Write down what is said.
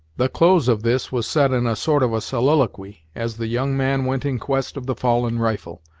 the close of this was said in a sort of a soliloquy, as the young man went in quest of the fallen rifle.